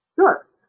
Sure